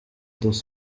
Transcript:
dos